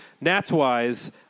Nats-wise